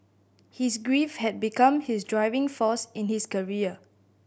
his grief had become his driving force in his career